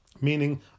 Meaning